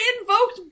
invoked